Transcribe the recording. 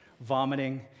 vomiting